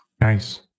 Nice